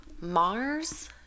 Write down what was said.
Mars